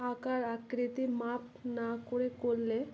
আকার আকৃতি মাপ না করে করলে